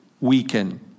weaken